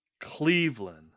Cleveland